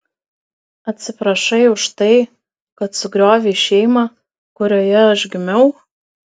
atsiprašai už tai kad sugriovei šeimą kurioje aš gimiau